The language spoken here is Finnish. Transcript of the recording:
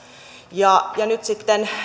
ja ja nyt sitten